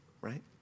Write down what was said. Right